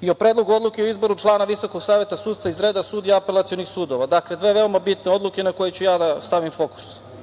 i o Predlogu odluke o izboru člana VSS iz reda sudija apelacionih sudova. Dakle, dve veoma bitne odluke na koje ću ja da stavim fokus. Prema